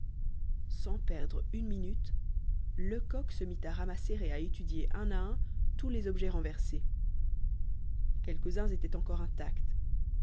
sans perdre une minute lecoq se mit à ramasser et à étudier un à un tous les objets renversés quelques-uns étaient encore intacts